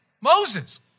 Moses